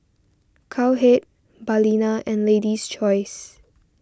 Cowhead Balina and Lady's Choice